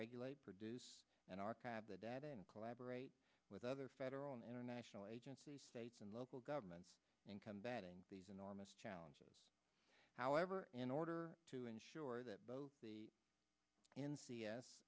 regulate produce and archive the data and collaborate with other federal and internet agencies states and local governments in combating these enormous challenges however in order to ensure that both the n c s